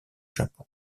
japon